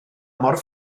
mor